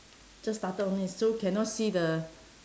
just started only so cannot see the